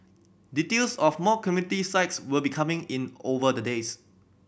details of more community sites will be coming in over the days